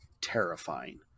terrifying